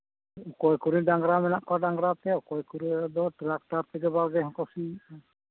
ᱚᱠᱚᱭ ᱠᱚᱨᱮᱱ ᱰᱟᱝᱨᱟ ᱢᱮᱱᱟᱜ ᱠᱚᱣᱟ ᱰᱟᱝᱨᱟ ᱛᱮ ᱚᱠᱚᱭ ᱠᱚᱨᱮ ᱫᱚ ᱴᱨᱟᱠᱴᱟᱨ ᱛᱮᱜᱮ ᱵᱟᱲᱜᱮ ᱦᱚᱸᱠᱚ ᱥᱤᱭᱮᱫᱼᱟ